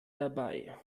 dabei